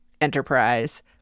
enterprise